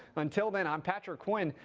until then, i'm patric kquinn,